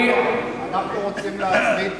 אנחנו רוצים להצמיד,